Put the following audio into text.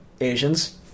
Asians